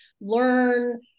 learn